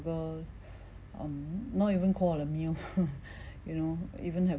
um not even call a meal you know even have